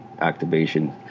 activation